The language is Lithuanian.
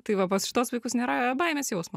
tai va pas šituos vaikus nėra baimės jausmo